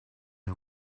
est